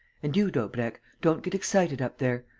and you, daubrecq, don't get excited up there.